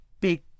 big